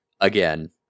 again